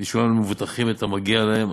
וישולם למבוטחים המגיע להם.